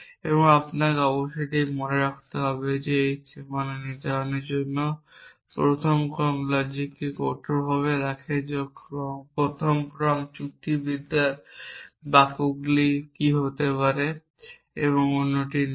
এখন আপনাকে অবশ্যই এটি মনে রাখতে হবে যে এটি সীমানা নির্ধারণের জন্য প্রথম ক্রম লজিককে কঠোরভাবে রাখে যা প্রথম ক্রম যুক্তিবিদ্যার বাক্যগুলি কী হতে পারে এবং কোনটি বাক্য নয়